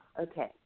Okay